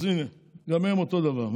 אז הינה, גם הם אותו דבר.